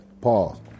pause